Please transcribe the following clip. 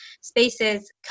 spaces